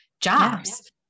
jobs